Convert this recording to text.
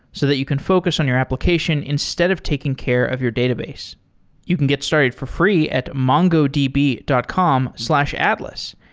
so that you can focus on your application, instead of taking care of your database you can get started for free at mongodb dot com slash atlas.